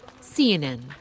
CNN